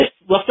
left